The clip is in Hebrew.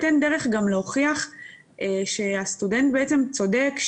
אין דרך גם להוכיח שהסטודנט בעצם צודק,